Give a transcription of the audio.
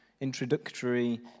introductory